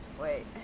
Wait